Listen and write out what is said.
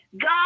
God